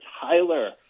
Tyler